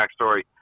backstory